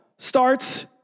starts